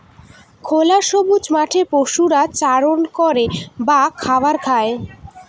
খোলা সবুজ মাঠে পশুরা চারণ করে বা খাবার খায়